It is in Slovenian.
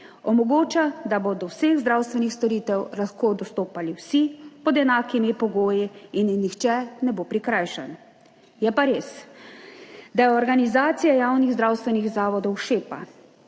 omogoča, da bo do vseh zdravstvenih storitev lahko dostopali vsi pod enakimi pogoji in nihče ne bo prikrajšan. Je pa res, da je organizacija javnih zdravstvenih zavodov šepa